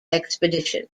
expedition